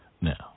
Now